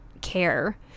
care